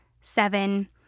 seven